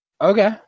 Okay